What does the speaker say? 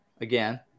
again